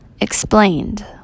Explained